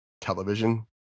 television